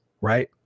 right